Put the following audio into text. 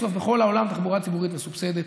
בסוף, בכל העולם תחבורה ציבורית מסובסדת.